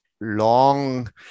long